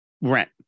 rent